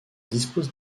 dispose